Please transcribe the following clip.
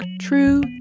true